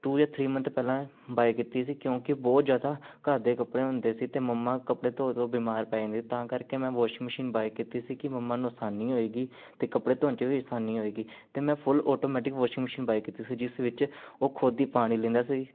to ਜਾਂ three month ਪਹਿਲਾਂ buy ਕੀਤੀ ਸੀ ਕਿਉਂਕਿ ਬਹੁਤ ਜ਼ਿਆਦਾ ਘਰ ਦੇ ਕੱਪੜੇ ਹੁੰਦੇ ਸੀ ਅਤੇ ਮੰਮਾ ਕੱਪੜੇ ਧੋ ਧੋ ਕੇ ਬਿਮਾਰ ਪੈ ਜਾਂਦੇ ਤਾਂ ਕਰਕੇ ਮੈਂ ਵੋਸ਼ਿੰਗ ਮਸ਼ੀਨ ਬਾਏ ਕੀਤੀ ਸੀ ਕਿ ਮੰਮਾ ਨੂੰ ਆਸਾਨੀ ਹੋਵੇਗੀ ਅਤੇ ਕੱਪੜੇ ਧੋਣ 'ਚ ਵੀ ਆਸਾਨੀ ਹੋਵੇਗੀ ਅਤੇ ਮੈਂ full automatic washing machine buy ਕੀਤੀ ਸੀ ਜਿਸ ਵਿੱਚ ਉਹ ਖੁਦ ਹੀ ਪਾਣੀ ਲੈਂਦਾ ਸੀ